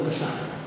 בבקשה.